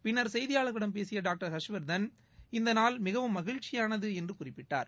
பின்னர் செய்தியாளர்களிடம் பேசிய டாக்டர் ஹர்ஷ்வர்தன் இந்த நாள் மிகவும் மகிழ்ச்சியானது என்று குறிப்பிட்டார்